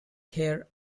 keir